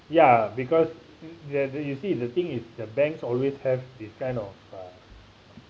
ya because where the you see the thing is the banks always have this kind of uh